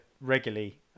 regularly